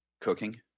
cooking